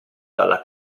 dalla